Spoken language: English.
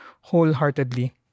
wholeheartedly